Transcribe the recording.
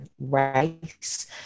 race